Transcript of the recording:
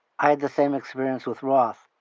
i had the same experience with roth.